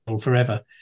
forever